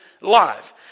life